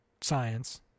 science